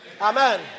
Amen